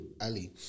Ali